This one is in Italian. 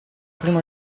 prima